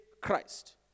Christ